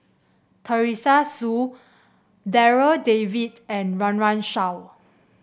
Teresa Hsu Darryl David and Run Run Shaw